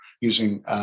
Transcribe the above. using